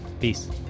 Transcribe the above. Peace